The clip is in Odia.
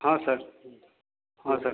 ହଁ ସାର୍ ହଁ ସାର୍